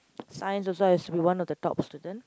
Science also I used to be of one of the top student